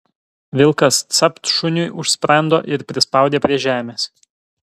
vilkas capt šuniui už sprando ir prispaudė prie žemės